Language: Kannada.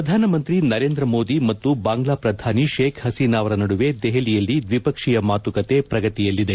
ಪ್ರಧಾನಮಂತ್ರಿ ನರೇಂದ್ರಮೋದಿ ಮತ್ತು ಬಾಂಗ್ಲಾ ಪ್ರಧಾನಿ ಶೇಖ್ ಹಸೀನಾ ಅವರ ನಡುವೆ ದೆಹಲಿಯಲ್ಲಿ ದ್ವಿಪಕ್ಷೀಯ ಮಾತುಕತೆ ಪ್ರಗತಿಯಲ್ಲಿದೆ